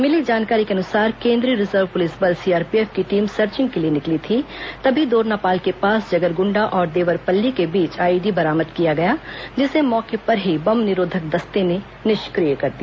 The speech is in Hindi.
मिली जानकारी के अनुसार केंद्रीय रिजर्व पुलिस बल सीआरपीएफ की टीम सर्चिंग के लिए निकली थी तभी दोरनापाल के पास जगरगुंडा और देवरपल्ली के बीच आईईडी बरामद किया गया जिसे मौके पर ही बम निरोधक दस्ते ने निष्क्रिय कर दिया